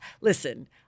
listen